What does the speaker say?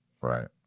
Right